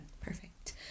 Perfect